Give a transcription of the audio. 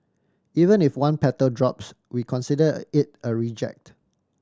even if one petal drops we consider it a reject